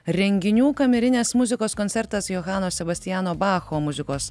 renginių kamerinės muzikos koncertas johano sebastiano bacho muzikos